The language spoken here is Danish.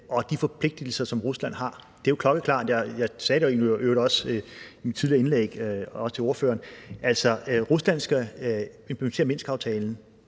og de forpligtelser, som Rusland har. Det er jo klokkeklart. Jeg sagde det i øvrigt også i mit tidligere indlæg og også til ordføreren. Rusland skal implementere Minskaftalen.